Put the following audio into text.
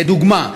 לדוגמה,